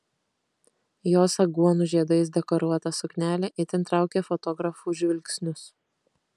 jos aguonų žiedais dekoruota suknelė itin traukė fotografų žvilgsnius